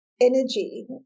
energy